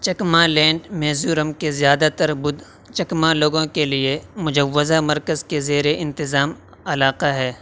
Chakma land Mizoram کے زیادہ تر بدھ چکما لوگوں کے لیے مجوزہ مرکز کے زیر انتظام علاقہ ہے